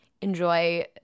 enjoy